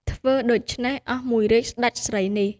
ធ្វើដូចេ្នះអស់មួយរាជ្យសេ្តចស្រីនេះ។